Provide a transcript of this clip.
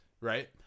Right